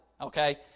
Okay